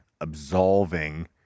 absolving